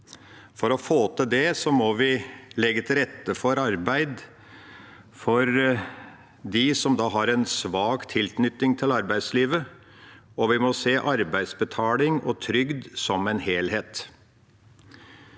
For å få til det må vi legge til rette for arbeid for dem som har en svak tilknytning til arbeidslivet, og vi må se arbeidsbetaling og trygd som en helhet.